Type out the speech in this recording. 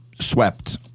swept